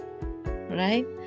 right